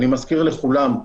אני מזכיר לכולם,